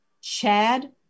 Chad